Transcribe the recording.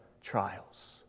trials